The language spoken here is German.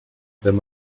wenn